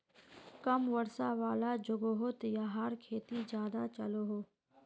कम वर्षा वाला जोगोहोत याहार खेती ज्यादा चलोहो